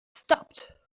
stopped